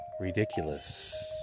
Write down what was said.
ridiculous